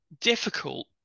difficult